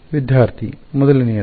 ವಿದ್ಯಾರ್ಥಿ ಮೊದಲನೆಯದು